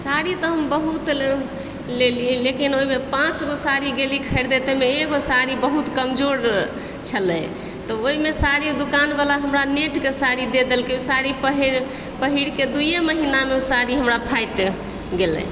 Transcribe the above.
साड़ी तऽ हम बहुत लेलिए लेकिन ओहिमे पाँचगो साड़ी गेलियै खरीदै ताहिमे एगो साड़ी बहुत कमजोर छलय तऽ ओहिमे साड़ी दोकानबला हमरा नेटके साडी दे देलकय ओ साड़ी पहिरकय दुइए महिनामे ओ साडी हमरा फाटि गेलय